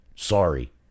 Sorry